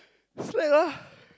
slack ah